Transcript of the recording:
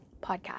podcast